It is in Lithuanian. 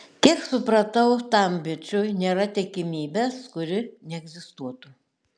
kiek supratau tam bičui nėra tikimybės kuri neegzistuotų